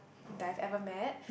that I've ever met